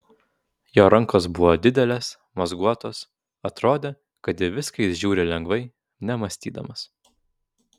jo rankos buvo didelės mazguotos atrodė kad į viską jis žiūri lengvai nemąstydamas